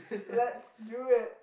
let's do it